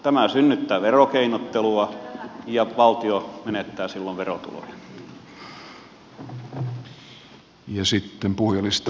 tämä synnyttää verokeinottelua ja valtio menettää silloin verotuloja